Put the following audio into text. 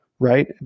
right